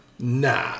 Nah